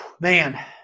man